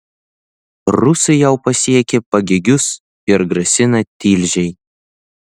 rusai jau pasiekė pagėgius ir grasina tilžei